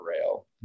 rail